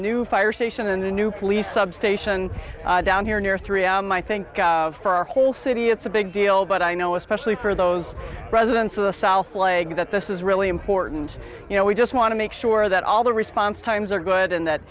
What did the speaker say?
new fire station and the new police substation down here near three am i think for our whole city it's a big deal but i know especially for those residents of the south lake that this is really important you know we just want to make sure that all the response times are good and that